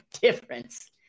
difference